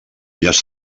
illes